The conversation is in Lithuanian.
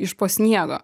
iš po sniego